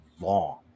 long